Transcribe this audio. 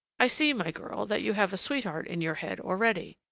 i see, my girl, that you have a sweetheart in your head already.